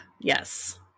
Yes